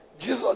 Jesus